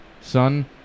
Son